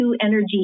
energy